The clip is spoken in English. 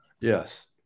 Yes